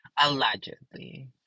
Allegedly